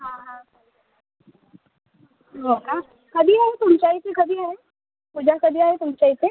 हां हां हो का कधी आहे तुमच्या इथे कधी आहे पूजा कधी आहे तुमच्या इथे